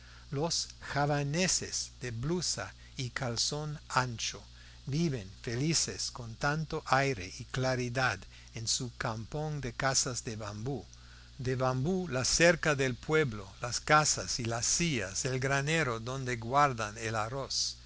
los javaneses de blusa y calzón ancho viven felices con tanto aire y claridad en su kampong de casas de bambú de bambú la cerca del pueblo las casas y las sillas el granero donde guardan el arroz y